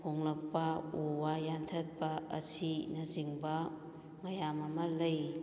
ꯍꯣꯡꯂꯛꯄ ꯎ ꯋꯥ ꯌꯥꯟꯊꯠꯄ ꯑꯁꯤꯅꯆꯤꯡꯕ ꯃꯌꯥꯝ ꯑꯃ ꯂꯩ